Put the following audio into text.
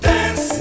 Dance